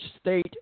State